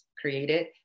created